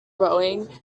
rowing